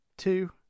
Two